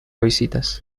visitas